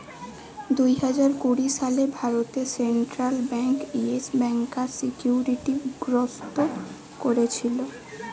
দুই হাজার কুড়ি সালে ভারতে সেন্ট্রাল বেঙ্ক ইয়েস ব্যাংকার সিকিউরিটি গ্রস্ত কোরেছিল